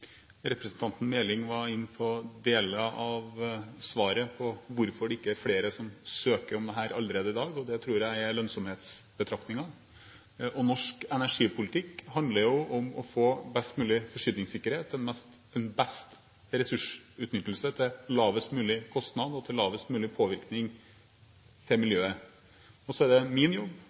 representanten Meling var inne på deler av svaret på hvorfor det ikke er flere som søker om dette allerede i dag. Det tror jeg er lønnsomhetsbetraktninger. Norsk energipolitikk handler om å få best mulig forsyningssikkerhet og best ressursutnyttelse til lavest mulig kostnad og til lavest mulig påvirkning på miljøet. Så er det min jobb